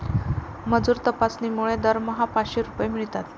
मजूर तपासणीमुळे दरमहा पाचशे रुपये मिळतात